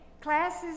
classes